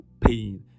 pain